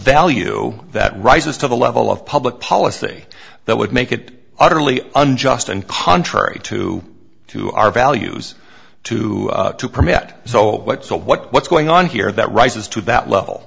value that rises to the level of public policy that would make it utterly unjust and contrary to to our values too to permit so what so what's going on here that rises to that level